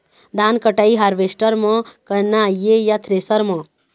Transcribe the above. धान कटाई हारवेस्टर म करना ये या थ्रेसर म?